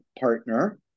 partner